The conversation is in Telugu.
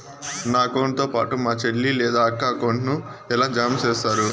నా అకౌంట్ తో పాటు మా చెల్లి లేదా అక్క అకౌంట్ ను ఎలా జామ సేస్తారు?